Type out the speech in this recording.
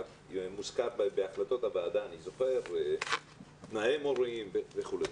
מוזכר בהחלטות הוועדה תנאי מורים וכו'.